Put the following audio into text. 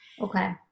Okay